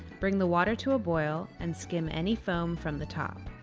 bring the water to a boil and skim any foam from the top.